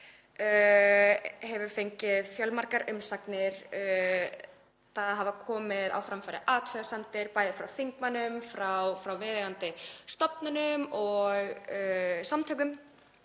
hefur fengið fjölmargar umsagnir. Það hafa komið fram athugasemdir, bæði frá þingmönnum og viðeigandi stofnunum og samtökum